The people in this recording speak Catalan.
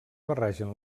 barregen